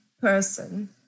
person